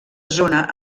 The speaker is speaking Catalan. zona